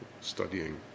studying